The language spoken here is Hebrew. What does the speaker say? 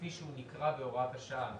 כפי שהוא נקרא בהוראת השעה,